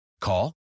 Call